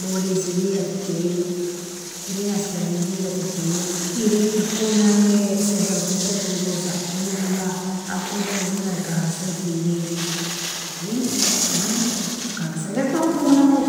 bolisi gaigatiji erin askari gaigatiji erin irkonani sehera kota tigosa noginga nog erin agika harsida tigai lakin noise karsaga iska kahu hakimonamier.